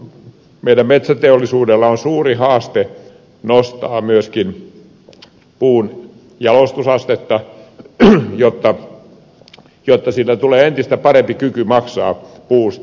meidän metsäteollisuudellamme on suuri haaste nostaa myöskin puun jalostusastetta jotta se kykenee entistä paremmin maksamaan puusta